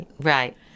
Right